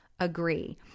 agree